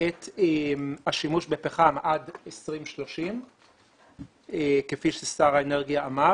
את השימוש בפחם עד 2030 כפי ששר האנרגיה אמר